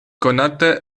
konata